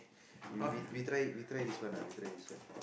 we we we try we try this one ah we try this one